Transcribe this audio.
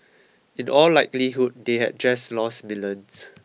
in all likelihood they had just lost millions